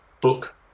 book